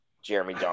Jeremy